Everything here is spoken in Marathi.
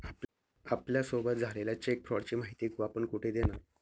आपल्यासोबत झालेल्या चेक फ्रॉडची माहिती आपण कुठे देणार?